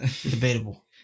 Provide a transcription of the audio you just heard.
debatable